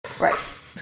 Right